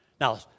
Now